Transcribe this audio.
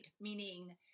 meaning